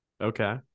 Okay